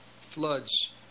floods